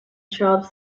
child